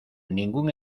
ningún